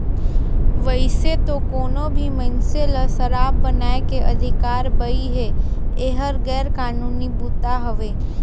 वइसे तो कोनो भी मइनसे ल सराब बनाए के अधिकार बइ हे, एहर गैर कानूनी बूता हवे